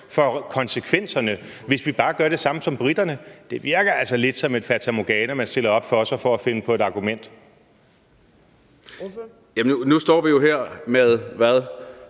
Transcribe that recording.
for konsekvenserne på, hvis vi bare gør det samme som briterne? Det virker altså lidt som et fatamorgana, man stiller op foran sig for at finde på et argument. Kl. 14:45 Fjerde